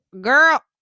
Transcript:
girl